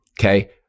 Okay